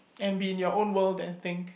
and be in your own world then think